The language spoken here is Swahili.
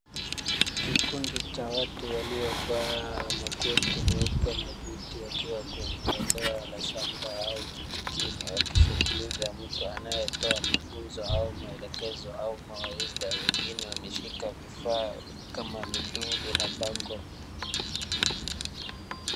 Kikundi cha watu waliovaa makoti meupe na buti wakiwa kwenye eneo la shamba au vijijini wakisikiliza mtu anayetoa mafunzo au maelekezo au mawaidha. Wengine wameshika vifaa kama mitungi na bango.